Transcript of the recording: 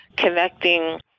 connecting